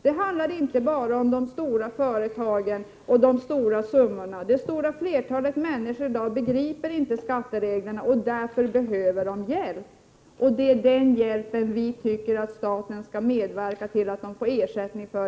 Det handlar inte bara om de stora företagen och de stora summorna. Det stora flertalet människor i dag begriper inte skattereglerna, och därför behöver de hjälp. Det är den hjälpen vi tycker att staten skall medverka till att de får ersättning för.